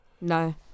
No